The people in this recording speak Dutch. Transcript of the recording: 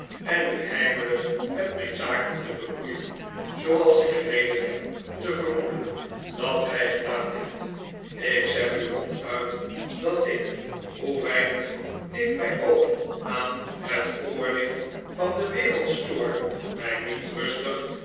en u heimelijk met mijn zaken te bemoeien zooals ik reden heb te vermoe den dat gij gedaan hebt ik zeg u ronduit dat ik hoe weinig ik mij ook aan het oordeel van de wereld stoor mij niet rustig